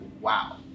wow